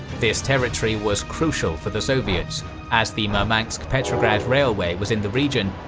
this territory was crucial for the soviets as the murmansk-petrograd railway was in the region,